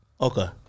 Okay